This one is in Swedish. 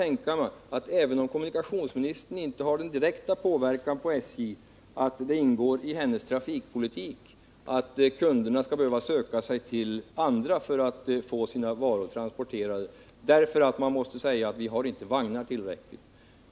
Även om kommunikationsministern inte direkt kan påverka SJ, kan jag inte tänka mig att det ingår i hennes trafikpolitik att kunderna skall behöva söka sig till andra transportmedel för att få sina varor transporterade därför att SJ inte har tillräckligt med vagnar.